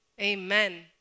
Amen